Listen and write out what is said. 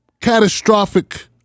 catastrophic